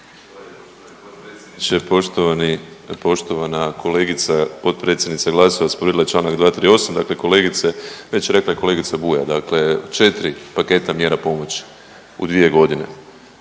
… poštovana kolegica potpredsjednica Glasovac povrijedila je čl. 238. dakle kolegice već je rekla kolegica Buja dakle četri paketa mjera pomoći u dvije godine